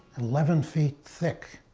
eleven feet thick,